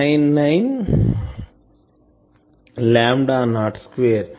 199 lambda naught square